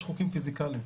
יש חוקים פיזיקאליים.